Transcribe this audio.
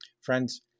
Friends